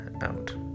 Out